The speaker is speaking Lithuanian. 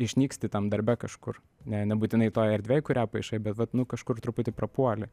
išnyksti tam darbe kažkur ne nebūtinai toj erdvėj kurią paišai bet vat nu kažkur truputį prapuoli